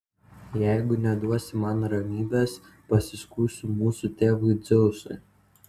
jeigu neduosi man ramybės pasiskųsiu mūsų tėvui dzeusui